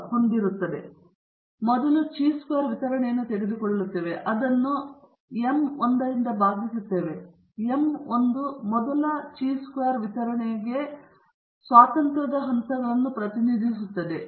ಆದ್ದರಿಂದ ನಾವು ಮೊದಲ ಚಿ ಚದರ ವಿತರಣೆಯನ್ನು ತೆಗೆದುಕೊಳ್ಳುತ್ತೇವೆ ಮತ್ತು ಅದನ್ನು ನಾವು m 1 ರಿಂದ ವಿಭಾಗಿಸುತ್ತೇವೆ m 1 ಮೊದಲ ಚಿ ಚೌಕದ ವಿತರಣೆಗೆ ಸ್ವಾತಂತ್ರ್ಯದ ಹಂತಗಳನ್ನು ಪ್ರತಿನಿಧಿಸುತ್ತದೆ ನಂತರ ನಾವು ಎರಡನೇ ಚಿ ಚೌಕ ವಿತರಣೆಯನ್ನು ತೆಗೆದುಕೊಳ್ಳುತ್ತೇವೆ ಮತ್ತು ಅದನ್ನು m 2 ನಿಂದ ಭಾಗಿಸಿ ಮತ್ತು m 2 ಎರಡನೇ ಚಿ ಚೌಕ ವಿತರಣೆಗಾಗಿ ಸ್ವಾತಂತ್ರ್ಯದ ಹಂತಗಳನ್ನು ಪ್ರತಿನಿಧಿಸುತ್ತದೆ